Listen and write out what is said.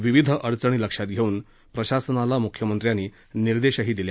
विविध अडचणी लक्षात घेवून प्रशासनाला मुख्यमंत्र्यांनी निर्देशही दिले